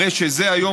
הרי שזה היום,